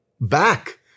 back